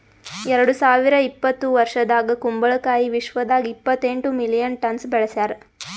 ಎರಡು ಸಾವಿರ ಇಪ್ಪತ್ತು ವರ್ಷದಾಗ್ ಕುಂಬಳ ಕಾಯಿ ವಿಶ್ವದಾಗ್ ಇಪ್ಪತ್ತೆಂಟು ಮಿಲಿಯನ್ ಟನ್ಸ್ ಬೆಳಸ್ಯಾರ್